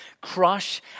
crush